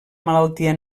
malaltia